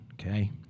Okay